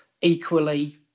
equally